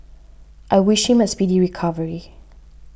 I wish him a speedy recovery